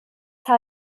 how